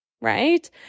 right